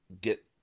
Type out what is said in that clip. get